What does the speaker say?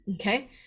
okay